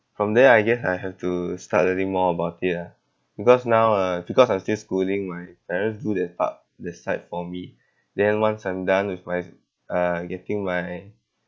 from there I guess I have to start learning more about it ah because now ah because I'm still schooling my parents do that part that side for me then once I'm done with my uh getting my